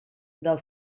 del